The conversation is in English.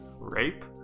rape